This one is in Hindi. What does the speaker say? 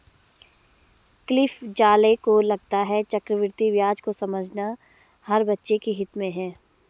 क्लिफ ज़ाले को लगता है चक्रवृद्धि ब्याज को समझना हर बच्चे के हित में है